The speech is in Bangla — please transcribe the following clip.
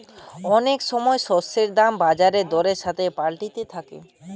অনেক সময় শস্যের দাম বাজার দরের সাথে পাল্টাতে থাকছে